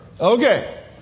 Okay